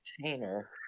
container